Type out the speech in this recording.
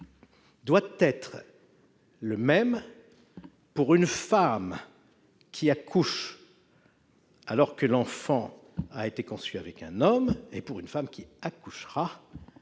doit être le même pour une femme qui accouche d'un enfant conçu avec un homme et pour une femme qui accouchera